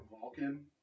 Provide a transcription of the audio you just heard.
Vulcan